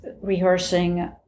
rehearsing